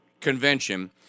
convention